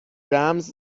رمز